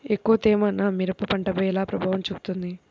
ఎక్కువ తేమ నా మిరప పంటపై ఎలా ప్రభావం చూపుతుంది?